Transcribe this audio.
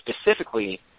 specifically